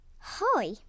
Hi